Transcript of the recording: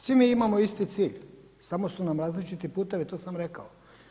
Svi mi imamo isti cilj, samo su nam različiti putevi, to sam rekao.